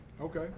Okay